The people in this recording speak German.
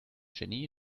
jenny